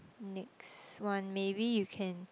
next one maybe you can